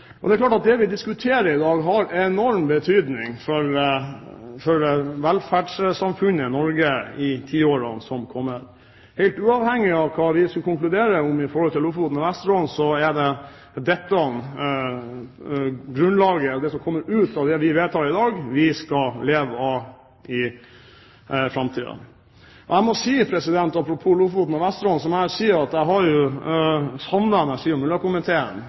med. Det er klart at det vi diskuterer i dag, har enorm betydning for velferdssamfunnet Norge i tiårene som kommer. Helt uavhengig av hva vi skal konkludere med når det gjelder Lofoten og Vesterålen, er det dette grunnlaget og det som kommer ut av det vi vedtar i dag, vi skal leve av i framtiden. Jeg må si – apropos Lofoten og Vesterålen – at jeg har savnet energi- og miljøkomiteen